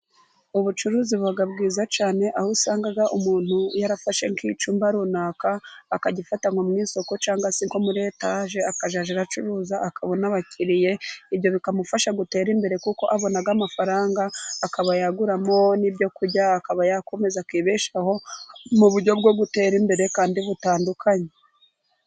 Ubucuruzi buba bwiza cyane aho usanga umuntu yarafashe nk'icyumba runaka, akagifata nko mu isoko cyangwa se nko muri etaje, akazajya aracuruza akabona abakiriya, ibyo bikamufasha gutera imbere kuko abona amafaranga, akaba yaguramo n'ibyokurya akaba yakomeza akibeshaho mu buryo bwo gutera imbere kandi butandukanye.